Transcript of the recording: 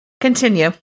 Continue